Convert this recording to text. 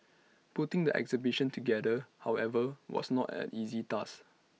putting the exhibition together however was not an easy task